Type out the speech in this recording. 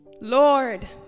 Lord